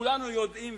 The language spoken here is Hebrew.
שכולנו יודעים,